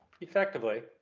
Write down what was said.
Effectively